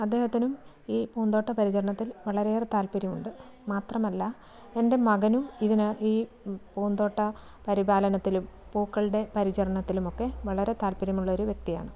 അദ്ദേഹത്തിനും ഈ പൂന്തോട്ട പരിചരണത്തിൽ വളരെയേറെ താല്പര്യമുണ്ട് മാത്രമല്ല എൻ്റെ മകനും ഇതിന് ഈ പൂന്തോട്ട പരിപാലനത്തിലും പൂക്കളുടെ പരിചരണത്തിലും ഒക്കെ വളരെ തലപ്പര്യമുള്ള ഒരു വ്യക്തിയാണ്